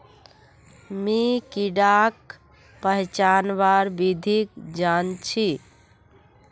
मी कीडाक पहचानवार विधिक जन छी